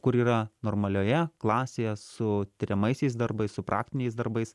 kur yra normalioje klasėje su tiriamaisiais darbais su praktiniais darbais